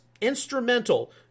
instrumental